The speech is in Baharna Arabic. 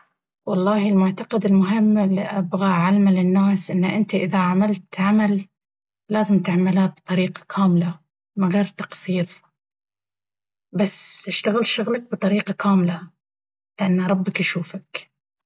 والله المعتقد المهم اللي أبغى أعلمه للناس ان انت اذا عملت عمل لازم تعمله بطريقه كامله من غير تقصير بس اشتغل شغلك بطريقة كاملة لان ربك يشوفك